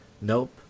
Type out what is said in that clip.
Nope